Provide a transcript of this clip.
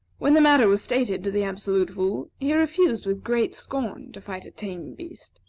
when the matter was stated to the absolute fool, he refused with great scorn to fight a tame beast.